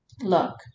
Look